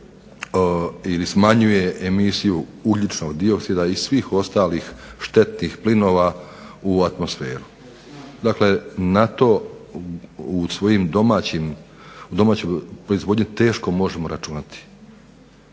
smanjuje emisiju ugljičnog-dioksida ili svih ostalih štetnih plinova u atmosferu. Dakle, na to u svojim domaćoj proizvodnji teško možemo računati.